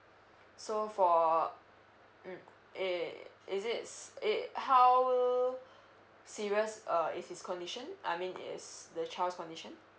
so for mm eh is it it how serious uh is his condition I mean is the child's condition